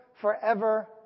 forever